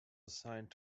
assigned